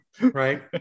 Right